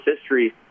history